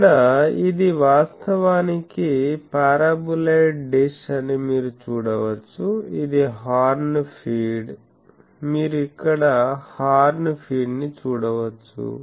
ఇక్కడ ఇది వాస్తవానికి పారాబొలాయిడ్ డిష్ అని మీరు చూడవచ్చు ఇది హార్న్ ఫీడ్ మీరు ఇక్కడ హార్న్ ఫీడ్ ని చూడవచ్చు